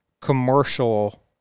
commercial